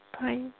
Bye